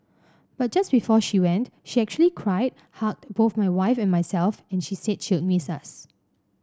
but just before she went she actually cried hugged both my wife and myself and she said she'd miss us